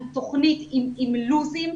עם תוכנית עם לוחות זמנים,